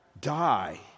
die